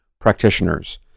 practitioners